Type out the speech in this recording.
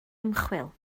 ymchwil